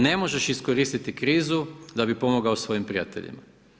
Ne možeš iskoristiti krizu da bi pomogao svojim prijateljima.